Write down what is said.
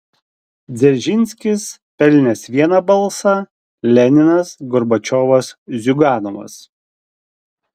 dzeržinskis pelnęs vieną balsą leninas gorbačiovas ziuganovas